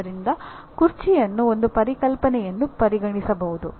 ಆದ್ದರಿಂದ ಕುರ್ಚಿಯನ್ನು ಒಂದು ಪರಿಕಲ್ಪನೆ ಎಂದು ಪರಿಗಣಿಸಬಹುದು